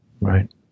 right